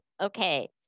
okay